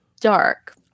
Dark